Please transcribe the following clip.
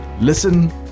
Listen